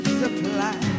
supply